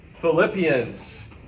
Philippians